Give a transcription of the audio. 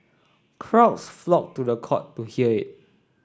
crowds flocked to the court to hear it